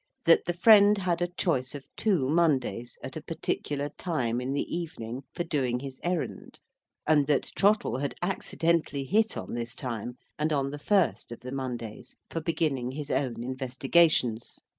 that the friend had a choice of two mondays, at a particular time in the evening, for doing his errand and that trottle had accidentally hit on this time, and on the first of the mondays, for beginning his own investigations.